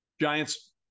Giants